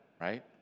right